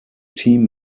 team